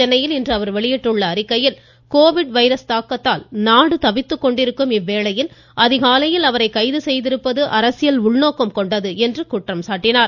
சென்னையில் இன்று அவர் வெளியிட்டுள்ள அறிக்கையில் கோவிட் வைரஸ் தாக்கத்தால் நாடு தவித்துக் கொண்டிருக்கும் வேளையில் அதிகாலையில் அவரை கைது செய்திருப்பது அரசியல் உள்நோக்கம் கொண்டது என்று குற்றம் சாட்டினார்